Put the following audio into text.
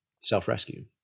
self-rescue